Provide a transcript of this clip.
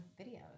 videos